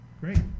Great